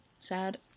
sad